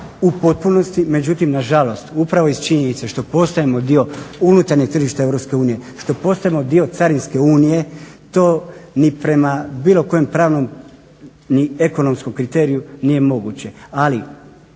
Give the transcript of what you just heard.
u potpunosti, međutim nažalost upravo iz činjenice što postajemo dio unutarnjeg tržišta EU, što postajemo dio carinske unije to ni prema bilo kojem pravnom ni ekonomskom kriteriju nije moguće.